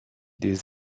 des